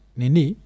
nini